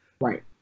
Right